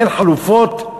אין חלופות?